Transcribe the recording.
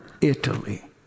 Italy